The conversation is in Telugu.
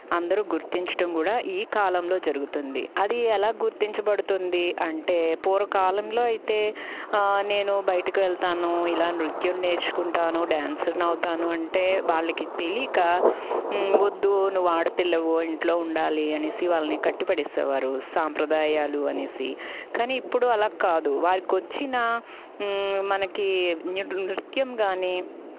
అందరూ గుర్తించడం కూడా ఈ కాలంలో జరుగుతుంది అది ఎలా గుర్తించబడుతుంది అంటే పూర్వకాలంలో అయితే నేను బయటకు వెళ్తాను ఇలా నృత్యం నేర్చుకుంటాను డ్యాన్సర్ని అవుతాను అంటే వాళ్ళకి తెలియక వద్దు నువ్వు ఆడపిల్లవు ఇంట్లో ఉండాలి అనేసి వాళ్ళని కట్టు పడేసేవారు సాంప్రదాయాలు అనేసి కానీ ఇప్పుడు అలా కాదు వారికి వచ్చిన మనకి నృత్యం గాని